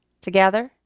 together